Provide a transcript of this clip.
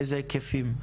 באיזה היקפים?